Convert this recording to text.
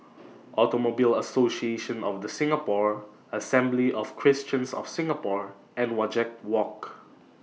Automobile Association of The Singapore Assembly of Christians of Singapore and Wajek Walk